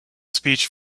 speech